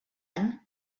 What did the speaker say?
any